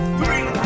three